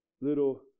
little